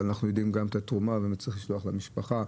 אבל אנחנו יודעים את תרומתה וצריך לשלוח למשפחתה